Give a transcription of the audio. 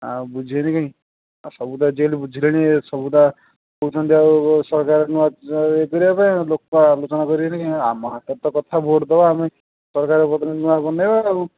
ଆଉ ବୁଝିବେନି କାହିଁ ସବୁ ତ ଆଜିକାଲି ବୁଝିଲେଣି ସବୁ କହୁଛନ୍ତି ଆଉ ସରକାର ନୂଆ ଇଏ କରିବା ପାଇଁ ଲୋକ ଆଲୋଚନା କରିବେନି କାହିଁ ଆମ ହାତରେ ତ କଥା ଭୋଟ୍ ଦେବା ଆମେ ସରକାର ବଦଳିଲେ ନୂଆ ବନେଇବା ଆଉ